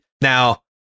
now